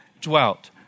dwelt